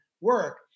work